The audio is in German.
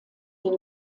den